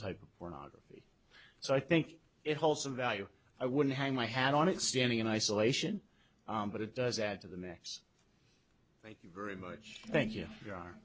type of pornography so i think it holds some value i wouldn't hang my hat on it standing in isolation but it does add to the mix thank you very much thank you you are